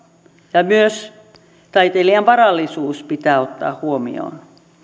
ja myös taiteilijan varallisuus pitää ottaa huomioon